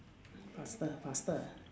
faster faster